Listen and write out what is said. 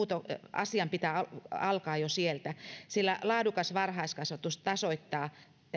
asian pitää alkaa jo sieltä sillä laadukas varhaiskasvatus tasoittaa